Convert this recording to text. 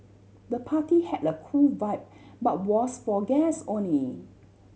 the party had a cool vibe but was for guests only